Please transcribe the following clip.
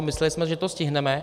Mysleli jsme, že to stihneme.